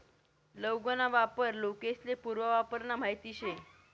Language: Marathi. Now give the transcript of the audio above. लौंग ना वापर लोकेस्ले पूर्वापारना माहित शे